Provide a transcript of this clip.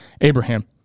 abraham